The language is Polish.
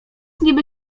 niby